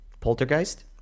Poltergeist